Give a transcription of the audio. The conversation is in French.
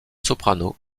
soprano